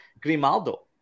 Grimaldo